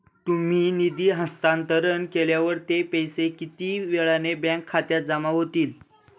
तुम्ही निधी हस्तांतरण केल्यावर ते पैसे किती वेळाने बँक खात्यात जमा होतील?